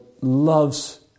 loves